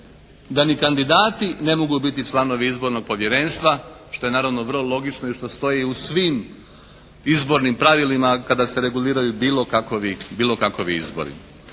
da ni kandidati ne mogu biti članovi izbornog povjerenstva što je naravno vrlo logično i što stoji u svim izbornim pravilima kada se reguliraju bilo kakovi izbori.